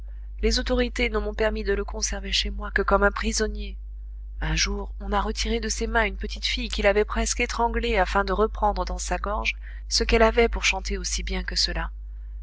les autorités ne m'ont permis de le conserver chez moi que comme un prisonnier un jour on a retiré de ses mains une petite fille qu'il avait presque étranglée afin de reprendre dans sa gorge ce qu'elle avait pour chanter aussi bien que cela